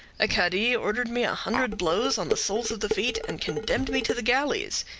a cadi ordered me a hundred blows on the soles of the feet, and condemned me to the galleys.